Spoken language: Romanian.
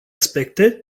aspecte